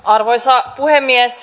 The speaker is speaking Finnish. arvoisa puhemies